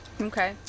Okay